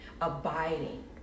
abiding